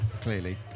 clearly